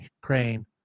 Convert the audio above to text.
Crane